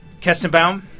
Kestenbaum